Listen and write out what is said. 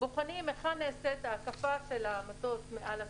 בוחנים היכן נעשית ההקפה של המטוס מעל השדה,